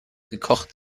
gekocht